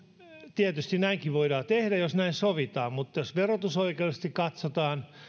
tietysti näinkin voidaan tehdä jos näin sovitaan mutta jos verotusoikeudellisesti katsotaan